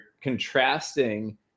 contrasting